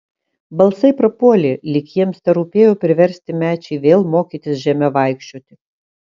balsai prapuolė lyg jiems terūpėjo priversti mečį vėl mokytis žeme vaikščioti